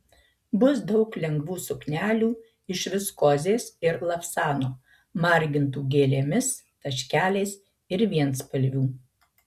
bus daug lengvų suknelių iš viskozės ir lavsano margintų gėlėmis taškeliais ir vienspalvių